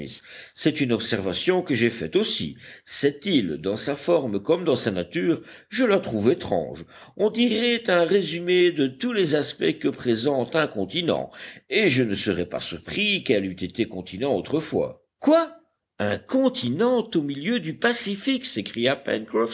c'est une observation que j'ai faite aussi cette île dans sa forme comme dans sa nature je la trouve étrange on dirait un résumé de tous les aspects que présente un continent et je ne serais pas surpris qu'elle eût été continent autrefois quoi un continent au milieu du pacifique s'écria